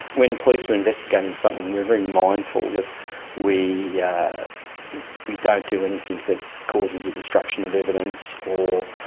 when police are investigating something we are very mindful that we yeah we don't do anything that causes a destruction of evidence or